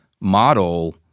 model